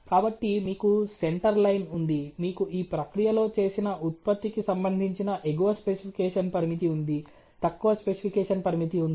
కాబట్టి మీకు centre line ఉంది మీకు ఈ ప్రక్రియలో చేసిన ఉత్పత్తికి సంబంధించిన ఎగువ స్పెసిఫికేషన్ పరిమితి ఉంది తక్కువ స్పెసిఫికేషన్ పరిమితి ఉంది